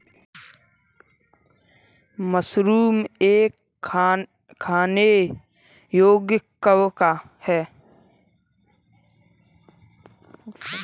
mushroom एक खाने योग्य कवक है